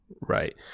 Right